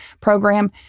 program